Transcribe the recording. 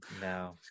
no